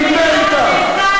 תתבייש לך.